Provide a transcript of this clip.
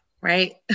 right